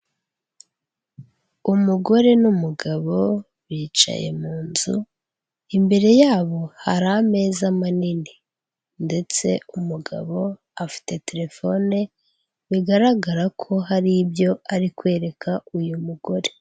Umugore n'umugabo bicaye mu nzu, imbere yabo hari ameza manini ndetse umugabo afite terefone, bigaragara ko hari ibyo ari kwereka uyu mugore.